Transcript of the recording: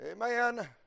Amen